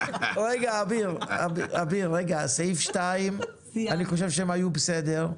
רגע, סעיף 2 אני חושב שהם היו בסדר.